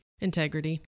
Integrity